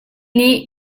nih